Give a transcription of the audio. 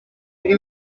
biri